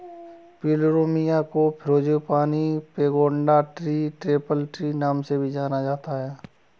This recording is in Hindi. प्लूमेरिया को frangipani, pagoda tree, temple tree नाम से भी जाना जाता है